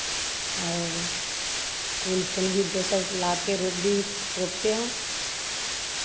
और फूल फिर भी दोसर लाकर रोप भी रोपते हैं